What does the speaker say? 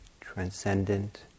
transcendent